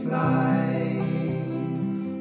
life